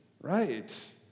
right